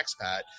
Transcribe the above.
expat